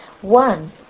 One